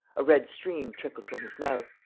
a red stream trickled from his mouth.